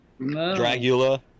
Dragula